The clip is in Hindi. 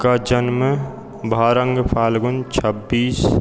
का जन्म भारंग फालगुन छब्बीस